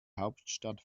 hauptstadt